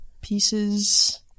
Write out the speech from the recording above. pieces